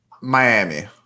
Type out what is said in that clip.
Miami